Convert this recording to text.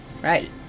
right